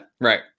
right